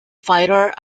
fighter